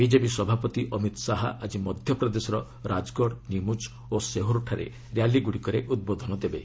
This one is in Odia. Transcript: ବିଜେପି ସଭାପତି ଅମିତ ଶାହା ଆଜି ମଧ୍ୟପ୍ରଦେଶର ରାଜଗଡ ନିମୁଚ ଓ ସେହୋରଠାରେ ର୍ୟାଲିଗୁଡ଼ିକରେ ଉଦ୍ବୋଧନ ଦେବେ